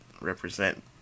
represent